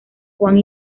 juan